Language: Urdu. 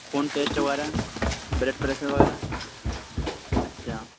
خون ٹیسٹ وغیرہ بلڈ پریشر وغیرہ اچھا